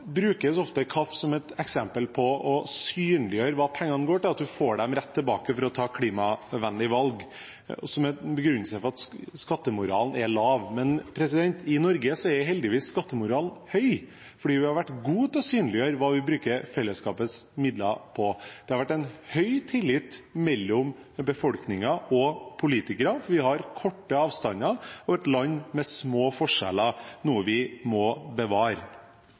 brukes ofte KAF som et eksempel på synliggjøring av hva pengene går til, at man får dem rett tilbake for å ta klimavennlige valg – en begrunnelse når skattemoralen er lav. Men i Norge er heldigvis skattemoralen høy, fordi vi har vært gode til å synliggjøre hva vi bruker fellesskapets midler på. Det har vært en høy tillit mellom befolkning og politikere – vi har korte avstander og et land med små forskjeller, noe vi må bevare.